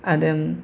आरो